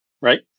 right